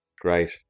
great